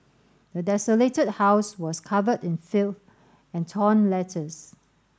the desolated house was covered in filth and torn letters